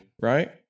right